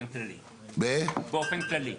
באופן כללי.